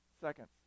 seconds